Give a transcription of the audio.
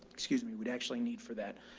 excuse me we'd actually need for that.